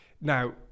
Now